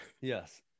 yes